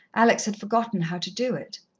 alex had forgotten how to do it.